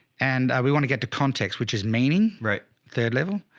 and we want to get to context, which is meaning, right? third level.